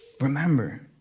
remember